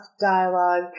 dialogue